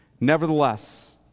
Nevertheless